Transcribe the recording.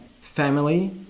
family